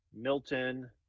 Milton